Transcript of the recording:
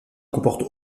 comporte